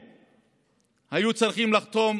היו צריכים לחתום